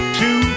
two